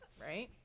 right